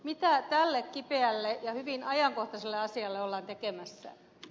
mitä tälle kipeälle ja hyvin ajankohtaiselle asialle ollaan tekemässä